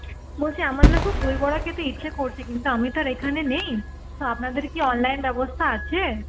বলছি আমার না খুব দই বড়া খেতে ইচ্ছে করছে কিন্তু আমি তো আর এখানে নেই তো আপনাদের কি অনলাইন ব্যবস্থা আছে